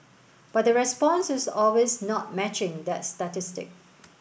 but the response is always not matching that statistic